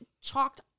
chalked